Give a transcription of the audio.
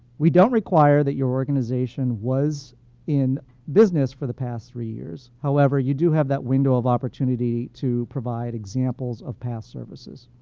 we don't require that your organization was in business for the past three years, however you do have that window of opportunity to provide examples of past services.